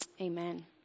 Amen